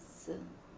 some